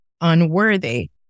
unworthy